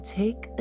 take